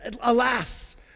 alas